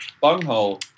bunghole